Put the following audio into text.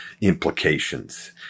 implications